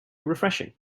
refreshing